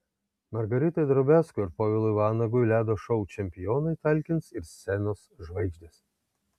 margaritai drobiazko ir povilui vanagui ledo šou čempionai talkins ir scenos žvaigždės